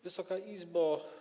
Wysoka Izbo!